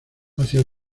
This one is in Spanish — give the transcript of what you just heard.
hacia